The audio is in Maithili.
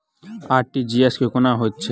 आर.टी.जी.एस कोना होइत छै?